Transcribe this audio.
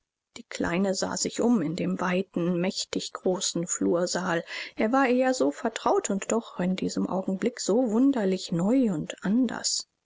die kleine sah sich um in dem weiten mächtig großen flursaal er war ihr ja so vertraut und doch in diesem augenblick so wunderlich neu und anders